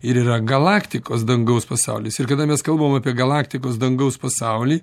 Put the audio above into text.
ir yra galaktikos dangaus pasaulis ir kada mes kalbam apie galaktikos dangaus pasaulį